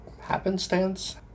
happenstance